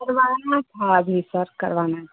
करवाना था अभी सर करवाना था